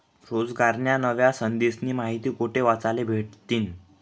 रोजगारन्या नव्या संधीस्नी माहिती कोठे वाचले भेटतीन?